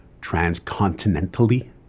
transcontinentally